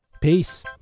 Peace